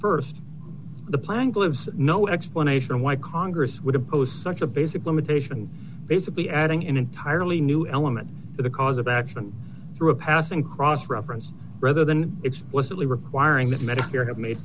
st the plank leaves no explanation why congress would impose such a basic limitation basically adding an entirely new element to the cause of action through a passing cross reference rather than explicitly requiring that medicare have made